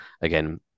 again